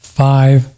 five